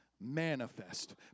manifest